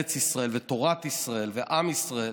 ארץ ישראל ותורת ישראל ועם ישראל